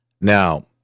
Now